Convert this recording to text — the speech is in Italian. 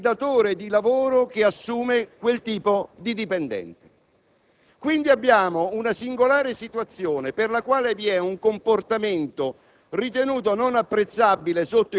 proveniente dall'organizzazione criminale di cui all'articolo 603-*bis* di quale pena risponde non concorrendo nel reato?